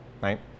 right